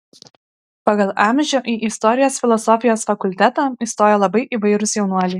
pagal amžių į istorijos filosofijos fakultetą įstojo labai įvairūs jaunuoliai